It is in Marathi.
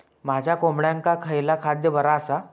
माझ्या कोंबड्यांका खयला खाद्य बरा आसा?